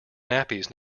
nappies